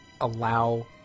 allow